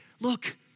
look